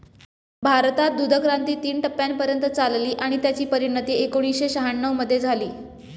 भारतात दूधक्रांती तीन टप्प्यांपर्यंत चालली आणि त्याची परिणती एकोणीसशे शहाण्णव मध्ये झाली